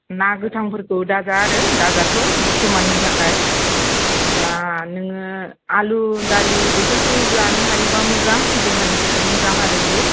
ना गोथां फोरखौ दाजा आरो दाजाथ' बरथ'माननि थाखाय दा नोङो आलु दालि बेफोरखौ जानो हायोबा मोजां देहानि थाखाय मोजां आरो बियो